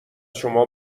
شما